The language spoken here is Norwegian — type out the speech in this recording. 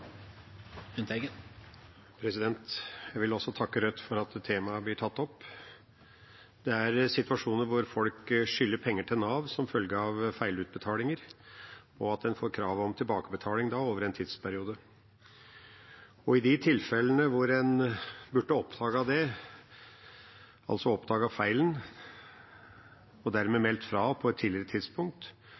situasjoner hvor folk skylder penger til Nav som følge av feilutbetalinger, og at en da får krav om tilbakebetaling over en tidsperiode. I de tilfellene hvor en burde oppdaget feilen og dermed meldt fra på et tidligere tidspunkt,